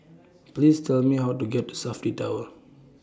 Please Tell Me How to get to Safti Tower